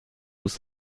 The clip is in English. was